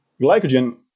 glycogen